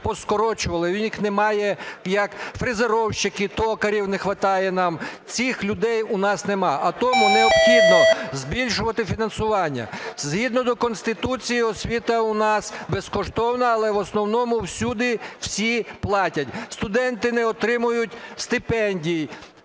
Немає фрезеровщиків, токарів не хватає нам. Цих людей у нас нема. А тому необхідно збільшувати фінансування. Згідно Конституції освіта у нас безкоштовна, але в основному всюди всі платять. Студенти не отримують стипендій.